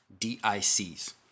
DICs